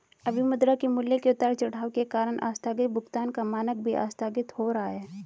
अभी मुद्रा के मूल्य के उतार चढ़ाव के कारण आस्थगित भुगतान का मानक भी आस्थगित हो रहा है